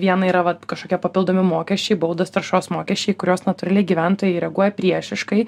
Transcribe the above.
viena yra kažkokie papildomi mokesčiai baudos taršos mokesčiai į kuriuos natūraliai gyventojai reaguoja priešiškai